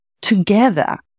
together